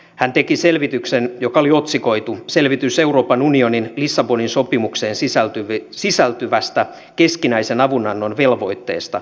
hän teki selvityksen joka oli otsikoitu selvitys euroopan unionin lissabonin sopimukseen sisältyvästä keskinäisen avunannon velvoitteesta